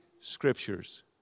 scriptures